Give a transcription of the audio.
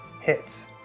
hits